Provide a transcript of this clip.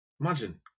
Imagine